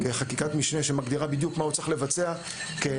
חקיקת משנה שמגדירה בדיוק מה הוא צריך לבצע כלימוד,